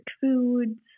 foods